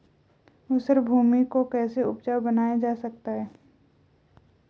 ऊसर भूमि को कैसे उपजाऊ बनाया जा सकता है?